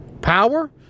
power